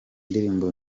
indirimbo